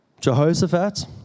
Jehoshaphat